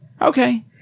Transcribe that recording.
Okay